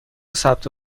ثبت